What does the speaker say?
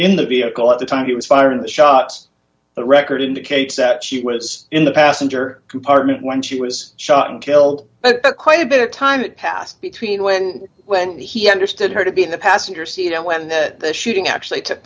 in the vehicle at the time he was firing the shots that record indicates that she was in the passenger compartment when she was shot and killed quite a bit of time passed between when when he understood her to be in the passenger seat and when that the shooting actually took